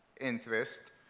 interest